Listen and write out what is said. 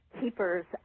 keepers